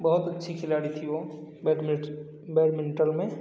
बहुत अच्छी खिलाड़ी थी वो बैटमिंट बैटमिंटन में